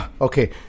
okay